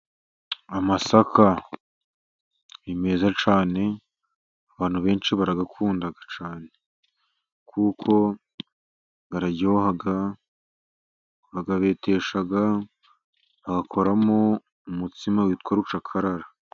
Amasaka ni meza cyane. Abantu benshi barayakunda cyane, kuko araryoha barayabetesha bagakoramo umutsima witwa rucakarara.